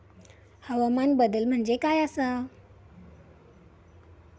हवामान बदल म्हणजे काय आसा?